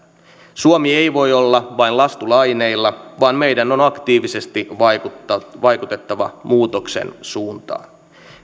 suomi ei voi olla vain lastu laineilla vaan meidän on aktiivisesti vaikutettava muutoksen suuntaan